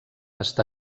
està